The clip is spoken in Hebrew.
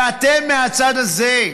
ואתם מהצד הזה,